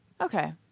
Okay